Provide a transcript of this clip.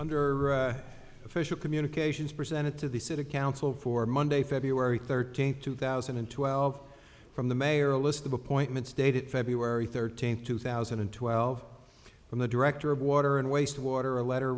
under official communications presented to the city council for monday february thirteenth two thousand and twelve from the mayor a list of appointments dated feb thirteenth two thousand and twelve from the director of water and waste water a letter